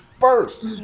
first